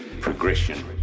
progression